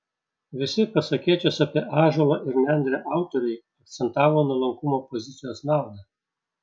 visi pasakėčios apie ąžuolą ir nendrę autoriai akcentavo nuolankumo pozicijos naudą